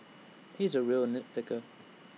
he is A real nit picker